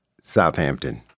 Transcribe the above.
Southampton